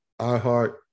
iHeart